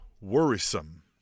worrisome